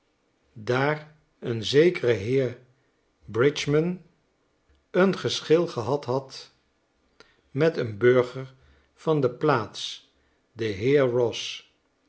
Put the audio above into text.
daar een zekere heer bridgman een geschil gehad had met een burger van de plaats den heer boss